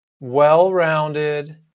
well-rounded